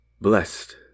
Blessed